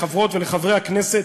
לחברות ולחברי הכנסת,